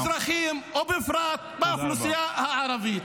-- בכל האזרחים ,ובפרט באוכלוסייה הערבית.